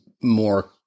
more